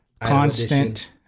Constant